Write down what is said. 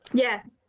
yes.